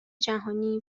جهانی